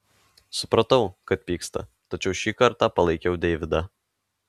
supratau kad pyksta tačiau šį kartą palaikiau deividą